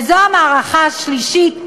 וזאת המערכה השלישית,